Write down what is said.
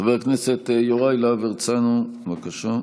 חבר הכנסת יוראי להב הרצנו, בבקשה.